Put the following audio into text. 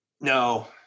No